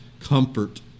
comfort